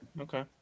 Okay